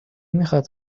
میخاد